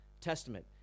testament